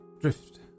Drift